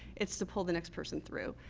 it's to pull the next person through.